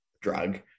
drug